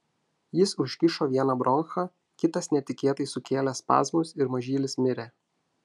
jis užkišo vieną bronchą kitas netikėtai sukėlė spazmus ir mažylis mirė